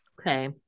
Okay